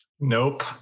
Nope